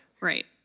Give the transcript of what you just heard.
Right